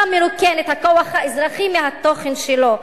אתה מרוקן את הכוח האזרחי מהתוכן שלו.